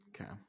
Okay